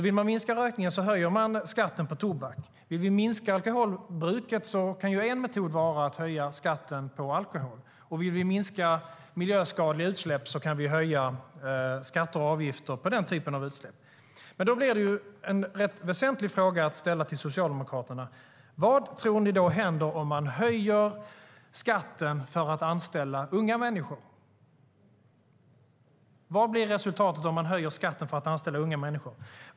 Vill vi minska rökningen höjer vi skatten på tobak. Vill vi minska alkoholbruket kan en metod vara att höja skatten på alkohol. Vill vi minska miljöskadliga utsläpp kan vi höja skatter och avgifter på den typen av utsläpp. Då blir en rätt väsentlig fråga att ställa till Socialdemokraterna: Vad tror ni händer om man höjer skatten för att anställa unga människor? Vad blir resultatet då?